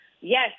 yes